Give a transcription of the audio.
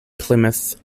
plymouth